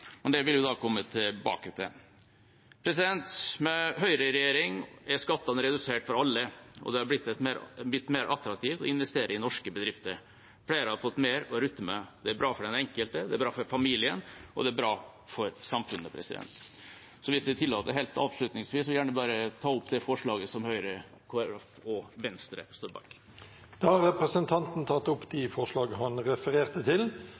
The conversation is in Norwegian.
Det vil vi komme tilbake til. Med høyreregjering er skattene redusert for alle, og det har blitt mer attraktivt å investere i norske bedrifter. Flere har fått mer å rutte med. Det er bra for den enkelte, det er bra for familien, og det er bra for samfunnet. Hvis presidenten tillater, helt avslutningsvis, vil jeg ta opp det forslaget Høyre, Kristelig Folkeparti og Venstre står bak. Da har representanten Helge Orten tatt opp det forslaget han viste til.